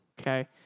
Okay